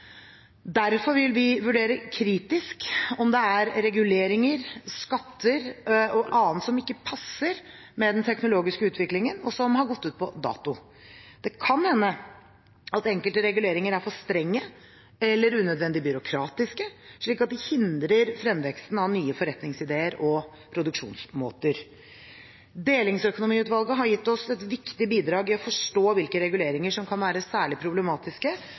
Derfor vil vi vurdere kritisk om det er reguleringer, skatter og annet som ikke passer med den teknologiske utviklingen, og som har gått ut på dato. Det kan hende at enkelte reguleringer er for strenge eller unødvendig byråkratiske, slik at de hindrer fremveksten av nye forretningsideer og produksjonsmåter. Delingsøkonomiutvalget har gitt oss et viktig bidrag til å forstå hvilke reguleringer som kan være særlig problematiske,